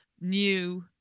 new